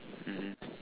mmhmm